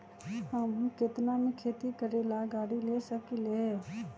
हम केतना में खेती करेला गाड़ी ले सकींले?